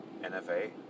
NFA